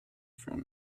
from